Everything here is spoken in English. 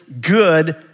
good